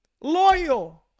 loyal